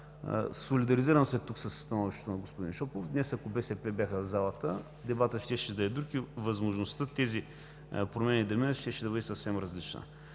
Солидаризирам се тук със становището на господин Шопов. Днес, ако БСП бяха в залата, дебатът щеше да е друг и възможността тези промени да минат щеше да бъде съвсем различна.